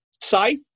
safe